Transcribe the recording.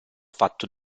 fatto